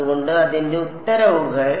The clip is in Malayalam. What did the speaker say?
അതുകൊണ്ട് അതിന്റെ ഉത്തരവുകൾ